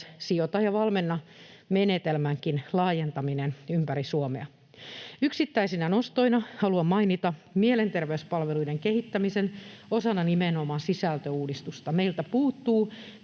Sijoita ja valmenna -menetelmänkin laajentaminen ympäri Suomea. Yksittäisinä nostoina haluan mainita mielenterveyspalveluiden kehittämisen osana nimenomaan sisältöuudistusta. Meiltä puuttuu